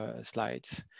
slides